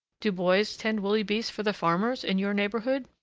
do boys tend woolly beasts for the farmers in your neighborhood?